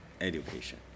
education